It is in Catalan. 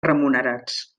remunerats